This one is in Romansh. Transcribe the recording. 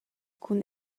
cun